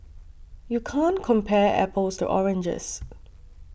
you can't compare apples to oranges